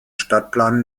stadtplan